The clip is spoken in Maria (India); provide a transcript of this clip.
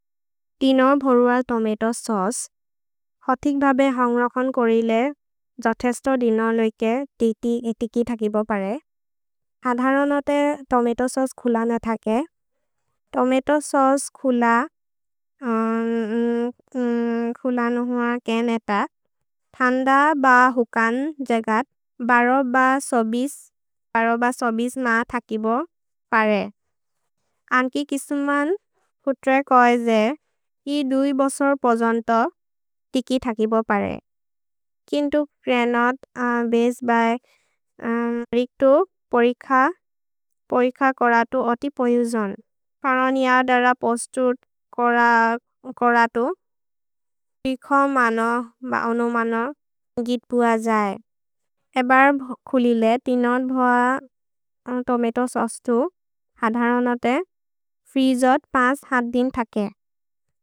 तीन भर्वल् tomato sauce हतिक् धबे हन्ग्रकन् कोरिय्ले जथेस्तो दिनो लेउके एतिकि थकिबो प्रए। हधरनोते तोमतो सौचे खुलन थके तोमतो सौचे खुल खुलन हुअ केन् एत थन्द ब हुकन् जेगत् बरो ब। सोबिस् न थकिबो प्रए अन्कि किसुमन् फुत्रे कोहे जे ही दुइ बसोर् पजोन् तो एतिकि थकिबो प्रए किन्तु क्रेनोत् बसेद् ब्य् रिक्तो। परिख परिख कोरतु अति पयुजोन् परनिय दर पोस्तुत् कोरतु रिख मनो ब अनु मनो गित् पुअ जये एबर् खुलिले। तिनोत् भ तोमतो सौचे तु हधरनोते फ्रीजोत् दिन् थके।